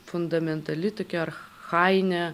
fundamentali tokia archajinė